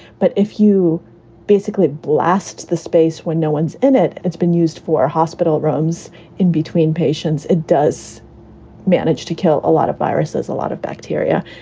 but if you basically blast the space when no one's in it, it's been used for hospital rooms in between patients. it does manage to kill a lot of viruses, a lot of bacteria.